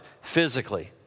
physically